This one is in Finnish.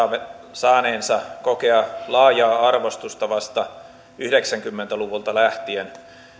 saaneensa kokea laajaa arvostusta vasta yhdeksänkymmentä luvulta lähtien